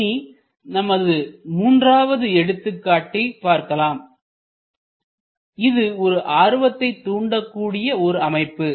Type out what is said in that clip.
இனி நமது மூன்றாவது எடுத்துக்காட்டில் பார்க்கலாம் இது ஒரு ஆர்வத்தை தூண்டக்கூடிய ஒரு அமைப்பு